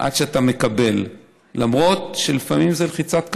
עד שאתה מקבל, למרות שלפעמים זו לחיצת כפתור,